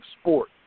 sport